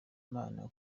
imana